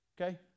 Okay